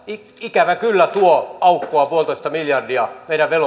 ikävä kyllä tuo aukkoa yksi pilkku viisi miljardia meidän